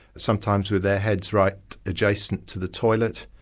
sometimes with their heads right adjacent to the toilet,